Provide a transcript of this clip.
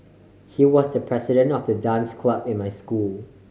he was the president of the dance club in my school